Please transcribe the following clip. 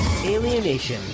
Alienation